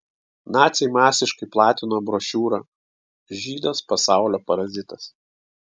naciai masiškai platino brošiūrą žydas pasaulio parazitas